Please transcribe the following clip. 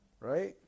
Right